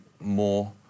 more